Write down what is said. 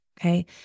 Okay